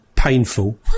painful